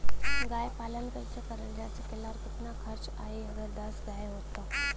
गाय पालन कइसे करल जा सकेला और कितना खर्च आई अगर दस गाय हो त?